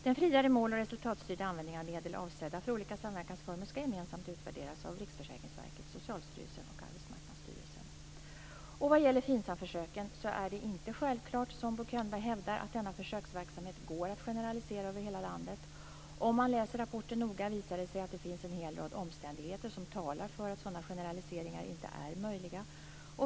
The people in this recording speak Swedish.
Den friare mål och resultatstyrda användningen av medel avsedda för olika samverkansformer skall gemensamt utvärderas av Riksförsäkringsverket, Vad gäller FINSAM-försöken är det inte självklart, som Bo Könberg hävdar, att denna försöksverksamhet går att generalisera över hela landet. Om man läser rapporten noga visar det sig att det finns en hel rad omständigheter som talar för att sådana generaliseringar inte är möjliga.